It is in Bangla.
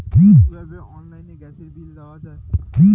কিভাবে অনলাইনে গ্যাসের বিল দেওয়া যায়?